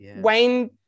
wayne